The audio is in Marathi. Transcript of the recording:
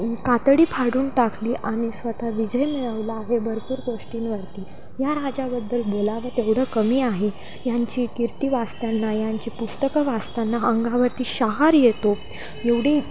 कातडी फाडून टाकली आणि स्वतः विजय मिळवला हे भरपूर गोष्टींवरती या राजाबद्दल बोलावत एवढं कमी आहे ह्यांची कीर्ती वाचतना ह्यांची पुस्तकं वाचतना अंगावरती शहार येतो एवढी